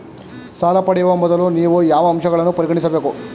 ಸಾಲ ಪಡೆಯುವ ಮೊದಲು ನೀವು ಯಾವ ಅಂಶಗಳನ್ನು ಪರಿಗಣಿಸಬೇಕು?